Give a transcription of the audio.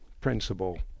principle